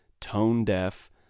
tone-deaf